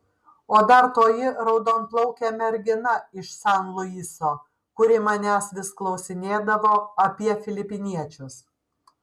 o dar toji raudonplaukė mergina iš san luiso kuri manęs vis klausinėdavo apie filipiniečius